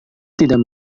tidak